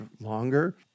longer